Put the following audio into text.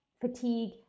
fatigue